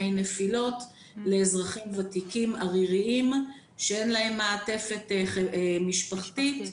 נפילות לאזרחים ותיקים עריריים שאין להם מעטפת משפחתית,